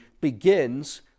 begins